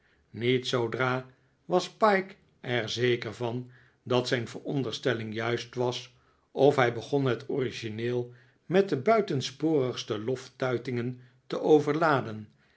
niet zoodra was pyke er zeker van dat zijn veronderstelling juist was of hij begon het origineel met de buitensporigste loftuitingen te overladen